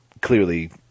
clearly